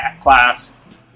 class